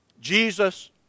Jesus